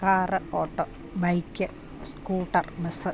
car auto bike scooter bus